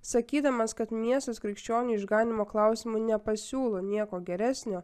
sakydamas kad miestas krikščionių išganymo klausimu nepasiūlo nieko geresnio